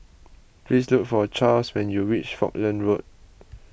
please look for Charls when you reach Falkland Road